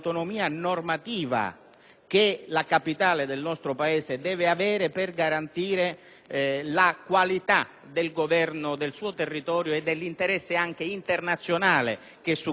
che la capitale del nostro Paese deve avere per garantire la qualità del Governo del suo territorio e dell'interesse anche internazionale che su questo territorio c'è.